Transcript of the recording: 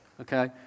Okay